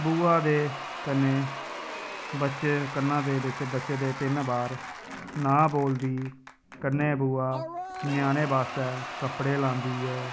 बुआ दे कन्नै बच्चे क'न्ना दे बिच बच्चे दे तिन्न बार नांऽ बोलदी कन्नै बुआ ञ्यानें बास्तै कपड़े लांदी ऐ